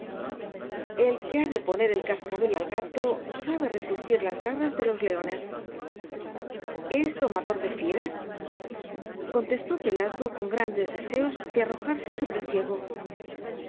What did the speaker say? el que ha de poner el cascabel al gato sabe resistir las garras de los leones es domador de fieras contestó pelasgo con grandes deseos de arrojarse sobre el ciego